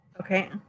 Okay